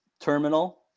terminal